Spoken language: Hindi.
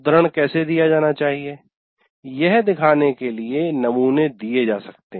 उद्धरण कैसे दिया जाना चाहिए यह दिखाने के लिए नमूने दिए जा सकते हैं